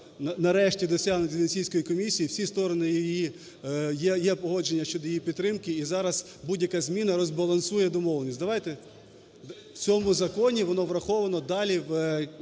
нарешті досягнуті з Венеційською комісією, всі сторони її… є погодження щодо її підтримки. І зараз будь-яка зміна розбалансує домовленість. Давайте… В цьому законі воно враховано далі в